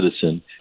citizen